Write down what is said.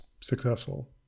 successful